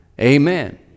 amen